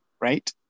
right